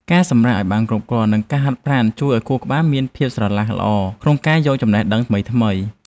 ការសម្រាកឱ្យបានគ្រប់គ្រាន់ និងការហាត់ប្រាណជួយឱ្យខួរក្បាលមានភាពស្រឡះល្អក្នុងការទទួលយកចំណេះដឹងថ្មីៗ។